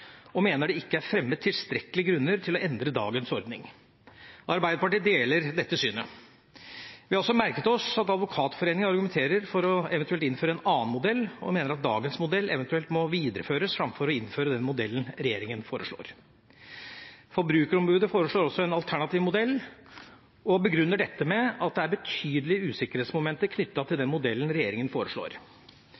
og at det ikke er fremmet tilstrekkelige grunner til å endre dagens ordning. Arbeiderpartiet deler dette synet. Vi har også merket oss at Advokatforeningen argumenterer for eventuelt å innføre en annen modell, eller at dagens modell eventuelt må videreføres framfor å innføre den modellen regjeringa foreslår. Forbrukerombudet foreslår også en alternativ modell og begrunner dette med at det er betydelige usikkerhetsmomenter knyttet til den